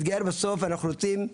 מתגייר בסוף אנחנו רוצים,